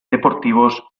deportivos